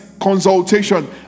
consultation